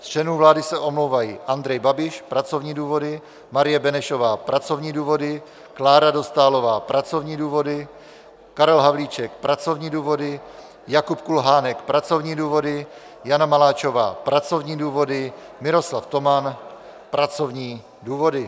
Z členů vlády se omlouvají: Andrej Babiš pracovní důvody, Marie Benešová pracovní důvody, Klára Dostálová pracovní důvody, Karel Havlíček pracovní důvody, Jakub Kulhánek pracovní důvody, Jana Maláčová pracovní důvody, Miroslav Toman pracovní důvody.